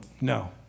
no